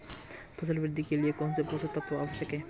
फसल वृद्धि के लिए कौनसे पोषक तत्व आवश्यक हैं?